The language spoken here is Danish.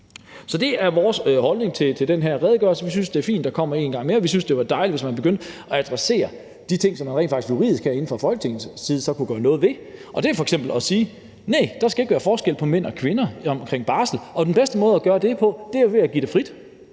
Det er vores holdning til den her redegørelse. Vi synes, det er fint, at den kommer en gang mere. Vi synes, det kunne være dejligt, hvis man begyndte at adressere de ting, som man rent faktisk juridisk herinde fra Folketingets side kunne gøre noget ved. Det er f.eks. at sige, at nej, der skal ikke være forskel på mænd og kvinder i forhold til barsel, og den bedste måde at gøre det på er jo ved at gøre det frit